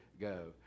go